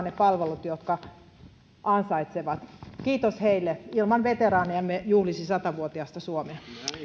ne palvelut jotka ansaitsee kiitos heille ilman veteraaneja emme juhlisi sata vuotiasta suomea ja